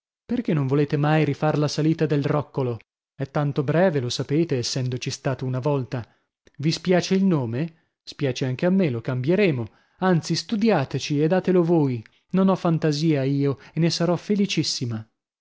perchè non volete mai rifar la salita del roccolo è tanto breve lo sapete essendoci stato una volta vi spiace il nome spiace anche a me lo cambieremo anzi studiateci e datelo voi non ho fantasia io e ne sarò felicissima